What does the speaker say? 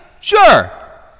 Sure